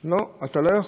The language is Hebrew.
לא, אתה לא יכול,